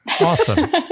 Awesome